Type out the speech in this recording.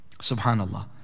subhanallah